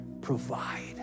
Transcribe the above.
provide